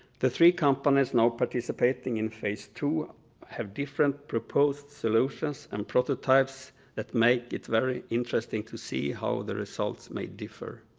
the three companies now participating in phase two have different proposed solutions and prototypes that make it very interesting to see how the results may differ.